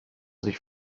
sich